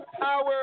power